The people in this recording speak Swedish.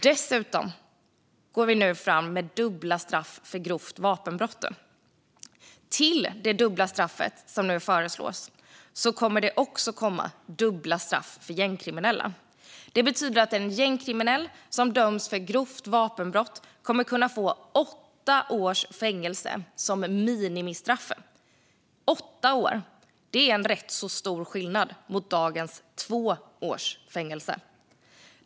Dessutom går vi nu fram med dubbla straff för grovt vapenbrott. Till det dubbla straffet som nu föreslås kommer det att komma dubbla straff för gängkriminella. Det betyder att en gängkriminell som döms för grovt vapenbrott kommer att kunna få åtta års fängelse som minimistraff. Det är en rätt stor skillnad mot dagens två års fängelse.